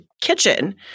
kitchen